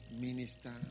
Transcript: minister